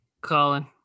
colin